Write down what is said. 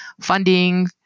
funding